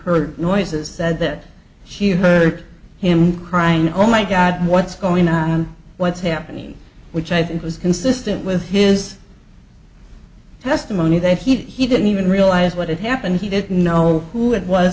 heard noises said that she heard him crying oh my god what's going on what's happening which i think was consistent with his testimony that he didn't even realize what had happened he didn't know who it was